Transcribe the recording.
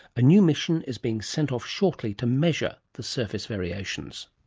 a new mission is being sent off shortly to measure the surface variations.